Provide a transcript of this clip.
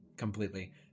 Completely